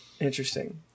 Interesting